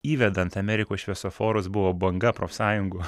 įvedant amerikos šviesoforus buvo banga profsąjungų